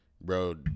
Bro